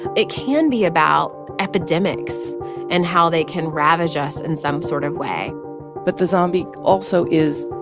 it can be about epidemics and how they can ravage us in some sort of way but the zombie also is,